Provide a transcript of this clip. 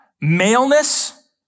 maleness